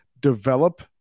develop